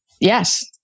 yes